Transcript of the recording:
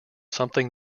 something